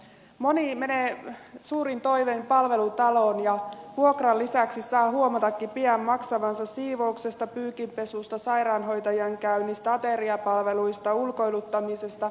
moni menee suurin toivein palvelutaloon ja vuokran lisäksi saa huomatakin pian maksavansa siivouksesta pyykinpesusta sairaanhoitajan käynnistä ateriapalveluista ulkoiluttamisesta